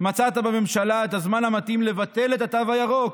מצאת בממשלה את הזמן המתאים לבטל את התו הירוק.